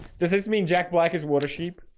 does this mean jack black is water sheep.